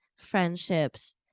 friendships